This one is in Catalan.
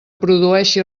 produeixi